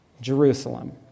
jerusalem